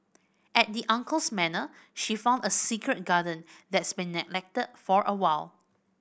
at the uncle's manor she find a secret garden that's been neglected for a while